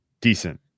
decent